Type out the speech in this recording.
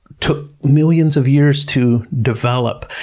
took millions of years to develop.